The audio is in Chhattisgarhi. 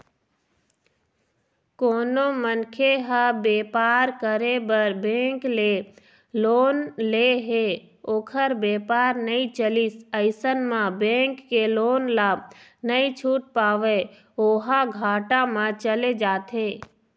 कोनो मनखे ह बेपार करे बर बेंक ले लोन ले हे ओखर बेपार नइ चलिस अइसन म बेंक के लोन ल नइ छूट पावय ओहा घाटा म चले जाथे